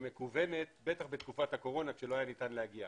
ומקוונת בטח בתקופת הקורונה כשלא היה ניתן היה להגיע.